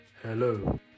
Hello